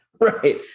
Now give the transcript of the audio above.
Right